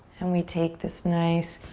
and we take this nice,